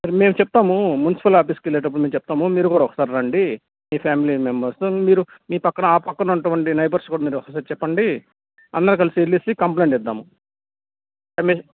అది మేము చెప్తాము మున్సిపల్ ఆఫీస్కి వెళ్ళేటప్పుడు మేము చెప్తాము మీరు కూడా ఒకసారి రండి మీ ఫ్యామిలీ మెంబర్స్ మీరు మీ పక్కన ఆ పక్కన ఉన్నటువంటి నైబర్స్ కూడా మీరు ఒకసారి చెప్పండి అందరం కలిసి వెళ్ళి కంప్లెయింట్ ఇద్దాము